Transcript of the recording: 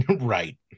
right